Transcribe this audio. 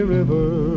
river